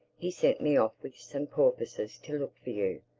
he sent me off with some porpoises to look for you.